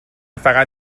فقط